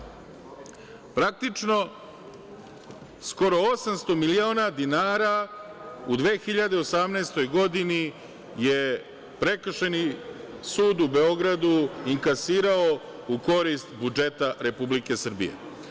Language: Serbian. Praktično, skoro 800 miliona dinara, u 2018. godini, je Prekršajni sud u Beogradu, inkasirao u korist budžeta Republike Srbije.